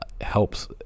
helps